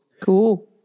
Cool